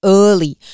early